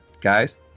guys